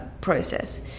process